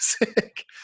music